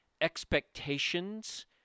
expectations